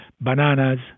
bananas